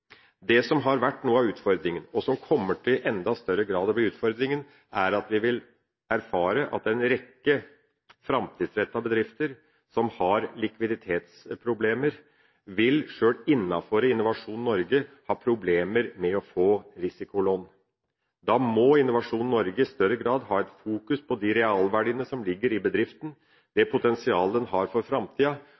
Det som har vært noe av utfordringen, og som kommer til å bli utfordringen i enda større grad, er at vi vil erfare at en rekke framtidsrettede bedrifter som har likviditetsproblemer, sjøl innenfor Innovasjon Norge vil ha problemer med å få risikolån. Da må Innovasjon Norge i større grad ha et fokus på de realverdiene som ligger i bedriften, det potensialet den har for framtida,